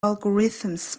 algorithms